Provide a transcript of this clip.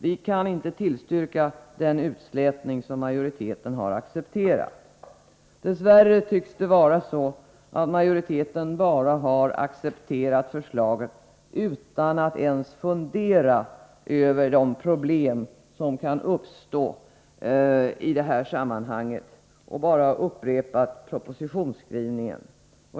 Vi kan inte tillstyrka den utslätning som majoriteten har accepterat. Dess värre tycks det vara så att majoriteten har accepterat förslaget, utan att ens fundera över de problem som kan uppstå i det här sammanhanget, och bara upprepat propositionsskrivningen.